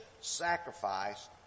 sacrifice